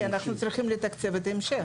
כי אנחנו צריכים לתקצב את ההמשך.